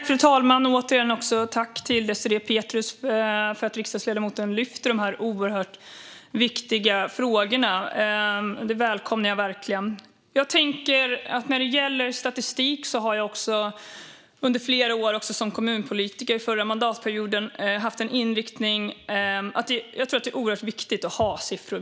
Fru talman! Jag vill återigen tacka Désirée Pethrus för att hon lyfter dessa oerhört viktiga frågor. Jag välkomnar verkligen det. När det gäller statistik har jag under flera år, även som kommunpolitiker under den förra mandatperioden, haft inriktningen att det är oerhört viktigt att ha siffror.